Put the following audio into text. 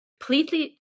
completely